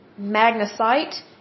magnesite